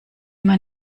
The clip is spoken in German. man